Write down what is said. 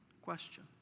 Question